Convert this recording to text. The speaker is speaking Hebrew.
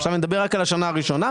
אני מדבר רק על השנה הראשונה.